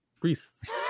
Priests